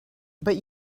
but